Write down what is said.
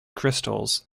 crystals